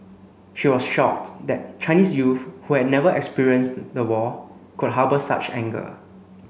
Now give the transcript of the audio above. she was shocked that Chinese youth who had never experienced the war could harbour such anger